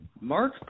Mark